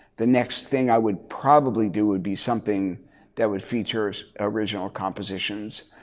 the next thing i would probably do would be something that would features original compositions.